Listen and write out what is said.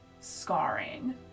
scarring